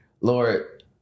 Lord